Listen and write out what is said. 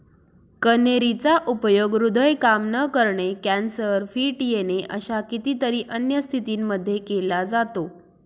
कन्हेरी चा उपयोग हृदय काम न करणे, कॅन्सर, फिट येणे अशा कितीतरी अन्य स्थितींमध्ये केला जातो